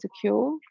secure